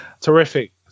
Terrific